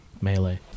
melee